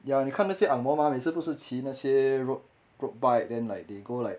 ya 你看那些 ang moh mah 每次不是骑那些 road road bike then like they go like